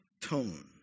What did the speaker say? tone